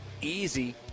easy